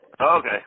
Okay